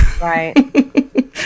Right